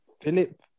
Philip